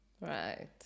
Right